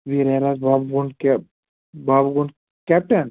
و ریناز باب گونٛڈ کہِ بابہٕ گونٛڈ کیٚپٹَن